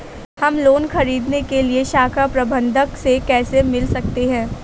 हम लोन ख़रीदने के लिए शाखा प्रबंधक से कैसे मिल सकते हैं?